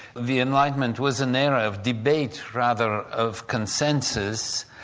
the enlightenment was an era of debate rather of consensus.